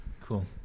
Cool